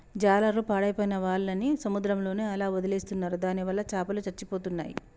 జాలర్లు పాడైపోయిన వాళ్ళని సముద్రంలోనే అలా వదిలేస్తున్నారు దానివల్ల చాపలు చచ్చిపోతున్నాయి